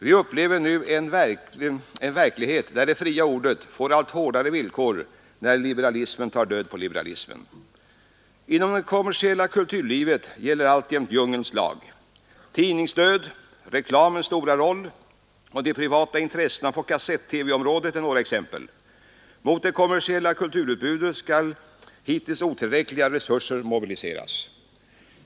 Vi upplever nu en verklighet, där det fria ordet får allt hårdare villkor när liberalismen tar död på liberalismen. Inom det kommersiella kulturlivet gäller alltjämt djungelns lag. Tidningsdöd, reklamens stora roll och de privata intressena på kasett-TV-om rådet är några exempel. Mot det kommersiella kulturutbudet skall hittills otillräckliga resurser mobiliseras.